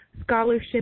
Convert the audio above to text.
scholarship